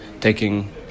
taking